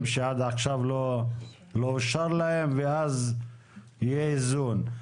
שעד עכשיו לא אושר להם ואז יהיה איזון.